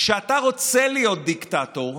כשאתה רוצה להיות דיקטטור,